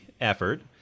effort